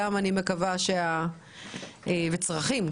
וכמובן צרכים,